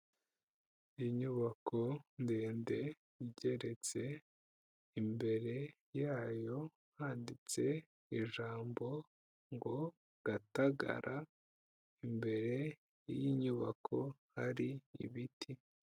Inyubako ndende igeretse, imbere yayo handitse ijambo ngo: "Gatagara," imbere y'inyubako hari ibiti.